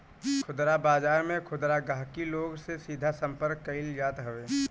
खुदरा बाजार में खुदरा गहकी लोग से सीधा संपर्क कईल जात हवे